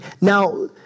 Now